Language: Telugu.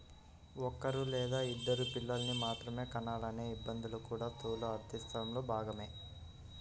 ఒక్కరూ లేదా ఇద్దరు పిల్లల్ని మాత్రమే కనాలనే నిబంధన కూడా స్థూల ఆర్థికశాస్త్రంలో భాగమే